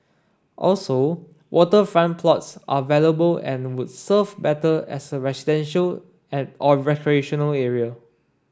also waterfront plots are valuable and would serve better as a residential and or recreational area